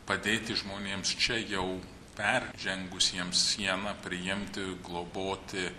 padėti žmonėms čia jau peržengusiems sieną priimti globoti